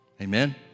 Amen